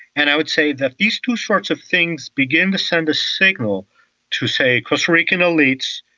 and i would say that these two sorts of things begin to send a signal to, say, costa rican elites,